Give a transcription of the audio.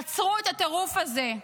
עצרו את הטירוף הזה.